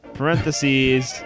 Parentheses